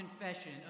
confession